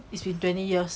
it's been twenty years